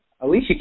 Alicia